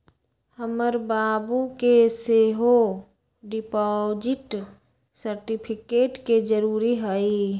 हमर बाबू के सेहो डिपॉजिट सर्टिफिकेट के जरूरी हइ